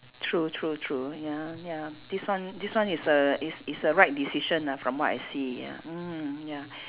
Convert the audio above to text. true true true ya ya this one this one is a is is a right decision ah from what I see ya mm mm ya